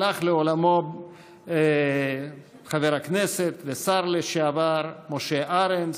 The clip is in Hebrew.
הלך לעולמו חבר הכנסת והשר לשעבר משה ארנס,